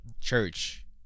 Church